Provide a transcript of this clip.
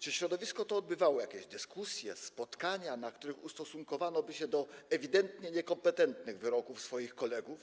Czy środowisko to odbywało jakieś dyskusje, spotkania, na których ustosunkowało się do ewidentnie niekompetentnych wyroków swoich kolegów,